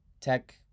Tech